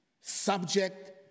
subject